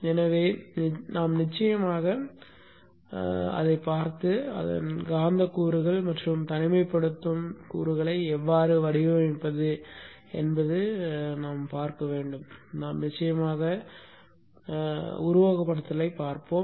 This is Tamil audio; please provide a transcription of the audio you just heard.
எனவே நாம் நிச்சயமாக அதைப் பார்த்து அதன் காந்த கூறுகள் மற்றும் தனிமைப்படுத்தும் கூறுகளை எவ்வாறு வடிவமைப்பது என்பதைப் பார்க்க வேண்டும் நாம் நிச்சயமாக உருவகப்படுத்துதலைப் பார்ப்போம்